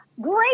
great